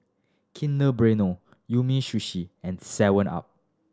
Kinder Bueno Umisushi and seven up